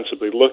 look